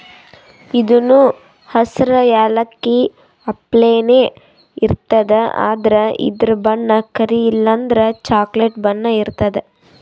ಇದೂನು ಹಸ್ರ್ ಯಾಲಕ್ಕಿ ಅಪ್ಲೆನೇ ಇರ್ತದ್ ಆದ್ರ ಇದ್ರ್ ಬಣ್ಣ ಕರಿ ಇಲ್ಲಂದ್ರ ಚಾಕ್ಲೆಟ್ ಬಣ್ಣ ಇರ್ತದ್